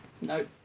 Nope